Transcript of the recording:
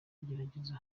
kubigerageza